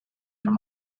from